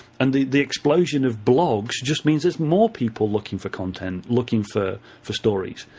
and the the explosion of blogs just means there's more people looking for content, looking for for stories.